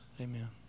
Amen